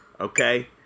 okay